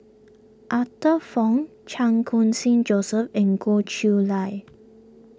Arthur Fong Chan Khun Sing Joseph and Goh Chiew Lye